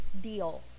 deal